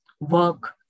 work